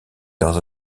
dans